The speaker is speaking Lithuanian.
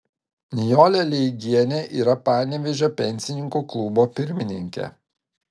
nijolė leigienė yra panevėžio pensininkų klubo pirmininkė